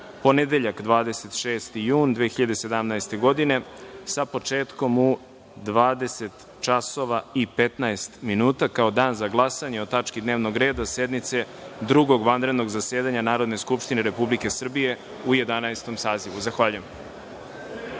ponedeljak, 26. jun 2017. godine, sa početkom u 20,15 časova, kao Dan za glasanje o tački dnevnog reda sednice Drugog vanrednog zasedanja Narodne skupštine Republike Srbije u Jedanaestom sazivu. Zahvaljujem.(Posle